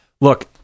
Look